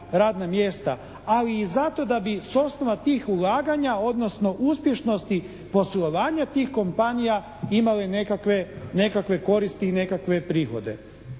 radna mjesta. Ali i zato da bi s osnova tih ulaganja, odnosno uspješnosti poslovanja tih kompanija imale nekakve koristi i nekakve prihode.